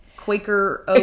quaker